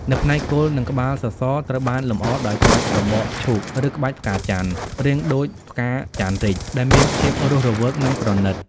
នៅផ្នែក គល់ និងក្បាលសសរ ត្រូវបានលម្អដោយ ក្បាច់ត្របកឈូក ឬ ក្បាច់ផ្កាចន្ទន៍ (រាងដូចផ្កាចន្ទន៍រីក) ដែលមានភាពរស់រវើក និងប្រណិត។